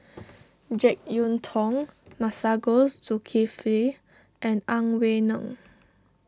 Jek Yeun Thong Masagos Zulkifli and Ang Wei Neng